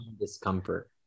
discomfort